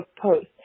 post